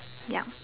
yup